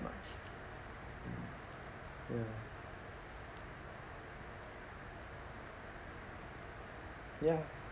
much ya ya